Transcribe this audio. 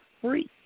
free